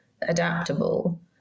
adaptable